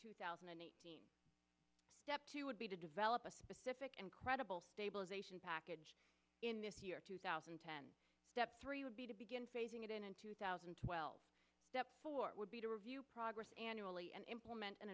two thousand and eighteen step two would be to develop a specific and credible stabilization package in this year two thousand and ten step three would be to begin phasing it in in two thousand and twelve step four would be to review progress annually and implement an